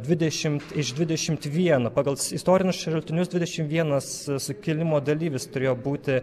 dvidešimt iš dvidešimt vieno pagal istorinius šaltinius dvidešim vienas sukilimo dalyvis turėjo būti